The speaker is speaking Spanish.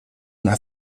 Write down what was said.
una